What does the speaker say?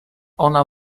ona